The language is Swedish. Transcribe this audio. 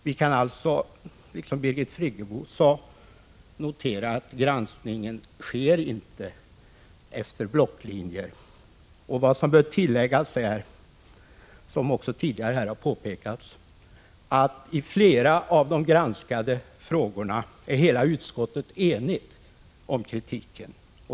Vi kan alltså, liksom Birgit Friggebo sade, notera att granskning inte sker efter blocklinjen. Vad som bör tilläggas är att i flera av de granskade frågorna är hela utskottet enigt om kritiken.